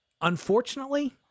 unfortunately